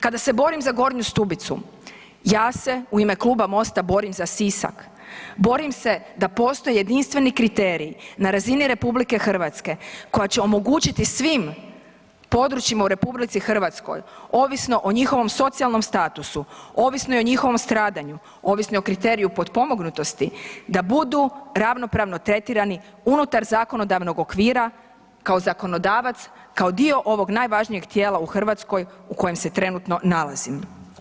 Kada se borim za Gornju Stubicu ja se u ime Kluba MOST-a borim za Sisak, borim se da postoje jedinstveni kriteriji na razini RH koja će omogućiti svim područjima u RH ovisno o njihovom socijalnom statusu, ovisno i o njihovom stradanju, ovisno i o kriteriju potpomognutosti, da budu ravnopravno tretirani unutar zakonodavnog okvira kao zakonodavac, kao dio ovog najvažnijeg tijela u Hrvatskoj u kojem se trenutno nalazim.